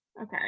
okay